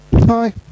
hi